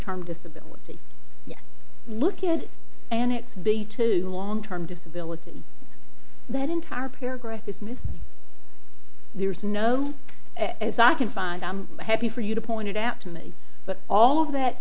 term disability yes look it and it's be to long term disability that entire paragraph is missed there's no as i can find i'm happy for you to point it out to me but all of that